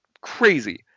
crazy